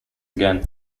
again